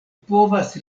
povas